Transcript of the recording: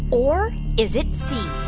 or is it c,